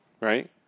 right